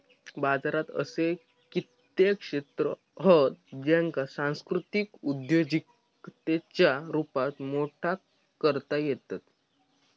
बाजारात असे कित्येक क्षेत्र हत ज्येंका सांस्कृतिक उद्योजिकतेच्या रुपात मोठा करता येईत